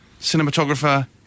cinematographer